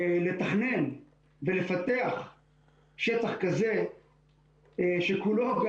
לתכנן ולפתח שטח כזה שכולו,